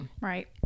Right